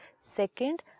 Second